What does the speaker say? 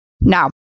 Now